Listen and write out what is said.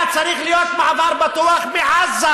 היה צריך להיות מעבר בטוח מעזה